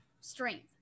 strength